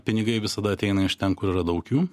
pinigai visada ateina iš ten kur yra daug jų